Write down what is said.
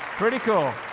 pretty cool.